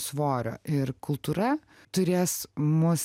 svorio ir kultūra turės mus